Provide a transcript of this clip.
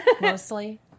mostly